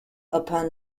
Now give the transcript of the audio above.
upon